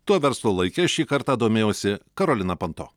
tuo verslo laike šį kartą domėjosi karolina panto